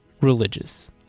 religious